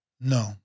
No